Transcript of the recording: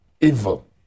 evil